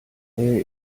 mähe